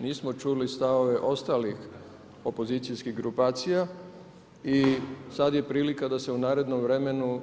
Nismo čuli stavove ostalih opozicijskih grupacija i sad je prilika da se u narednom vremenu